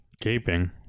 gaping